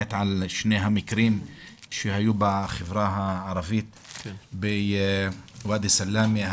שני המקרים שהיו בחברה הערבית בוואדי סלאמה,